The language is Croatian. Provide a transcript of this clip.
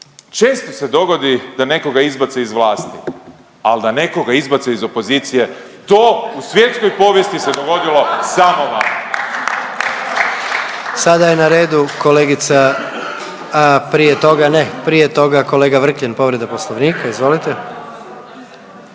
često se dogodi da nekoga izbace iz vlasti, ali da nekoga izbace iz opozicije to u svjetskoj povijesti se dogodilo samo vama! /Pljesak./ **Jandroković, Gordan (HDZ)** Sada je na redu kolegica, prije toga, ne prije toga kolega Vrkljan povreda Poslovnika. Izvolite.